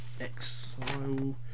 exile